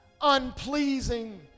unpleasing